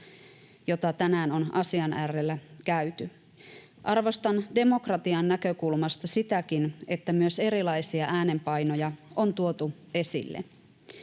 jota tänään on asian äärellä käyty. Arvostan demokratian näkökulmasta sitäkin, että myös erilaisia äänenpainoja on tuotu esille.